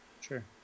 sure